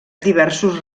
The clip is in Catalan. diversos